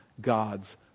God's